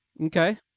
Okay